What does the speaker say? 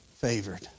favored